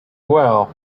well